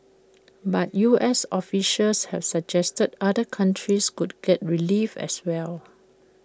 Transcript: but U S officials have suggested other countries could get relief as well